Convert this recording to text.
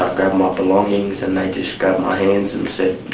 ah my belongings and they just grabbed my hands and said,